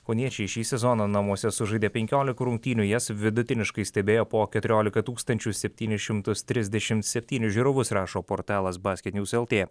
kauniečiai šį sezoną namuose sužaidė penkioliką rungtynių jas vidutiniškai stebėjo po keturiolika tūkstančių septynis šimtus trisdešim septynis žiūrovus rašo portalas basketnews lt